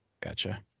Gotcha